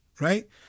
right